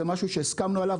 זה משהו שהסכמנו עליו,